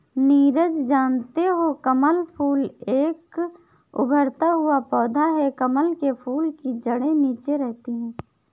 नीरज जानते हो कमल फूल एक उभरता हुआ पौधा है कमल के फूल की जड़े नीचे रहती है